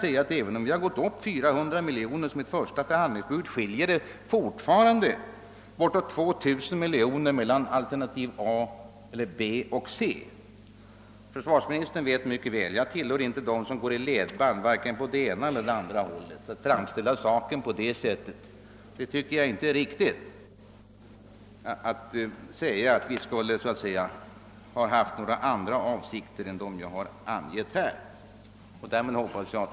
även om vi har gått upp 400 miljoner i vårt första förhandlingsbud så skiljer det fortfarande bort Försvarsministern vet mycket väl att jag inte tillhör dem som går i ledband vare sig åt det ena eller andra hållet. Att framställa saken på det sättet och säga att vi skulle haft andra avsikter än dem jag angivit här tycker jag inte är riktigt.